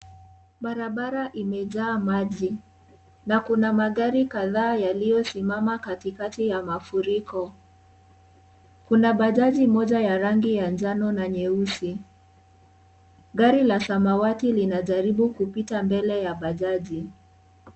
Barabara imejaa maji na kuna magari kadhaa yaliyosimama katikati ya mafuriko, kuna bajaji mmoja ya rangi ya njano na nyeusi gari la samawati linajaribu kupita mbele ya bajaji.